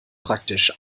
praktisch